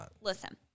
Listen